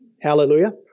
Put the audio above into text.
hallelujah